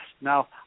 Now